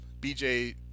BJ